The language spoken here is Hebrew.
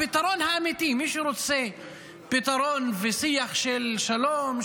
הפתרון האמיתי למי שרוצה פתרון ושיח של שלום,